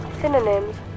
Synonyms